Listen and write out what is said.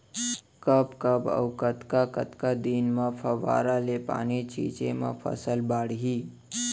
कब कब अऊ कतका कतका दिन म फव्वारा ले पानी छिंचे म फसल बाड़ही?